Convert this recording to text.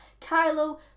Kylo